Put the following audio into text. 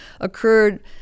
occurred